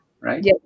right